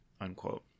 unquote